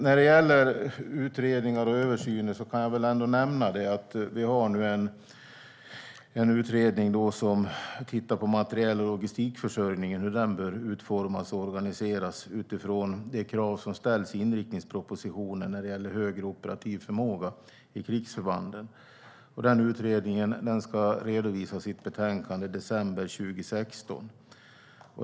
När det gäller utredningar och översyner kan jag nämna att vi nu har en utredning som tittar på hur materiel och logistikförsörjningen bör organiseras utifrån de krav som ställs i inriktningspropositionen när det gäller högre operativ förmåga vid krigsförbanden. Den utredningen ska redovisa sitt betänkande i december 2016.